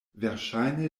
verŝajne